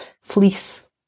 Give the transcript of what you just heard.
fleece